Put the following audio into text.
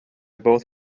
both